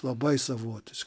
labai savotiška